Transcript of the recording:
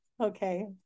okay